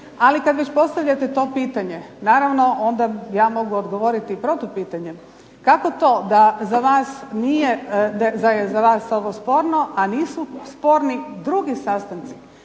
Ali kad već postavljate to pitanje naravno onda ja mogu odgovoriti protupitanjem. Kako to da za vas nije to sporno, a nisu sporni drugi sastanci